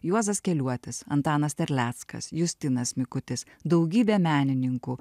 juozas keliuotis antanas terleckas justinas mikutis daugybė menininkų